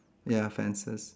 ya fences